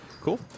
Cool